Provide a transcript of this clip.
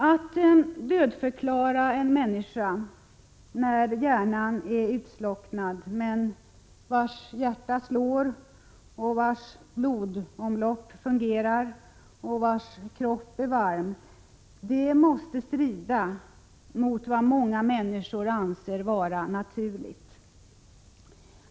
kriterier m.m. Att dödförklara en människa vars hjärna är utslocknad, men vars hjärta slår, vars blodomlopp fungerar och vars kropp är varm måste strida mot vad många människor anser vara naturligt.